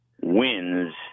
wins